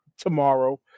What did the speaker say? tomorrow